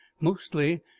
mostly